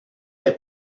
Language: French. est